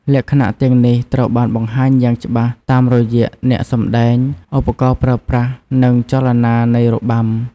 លក្ខណៈទាំងនេះត្រូវបានបង្ហាញយ៉ាងច្បាស់តាមរយៈអ្នកសម្តែង ឧបករណ៍ប្រើប្រាស់ និងចលនានៃរបាំ។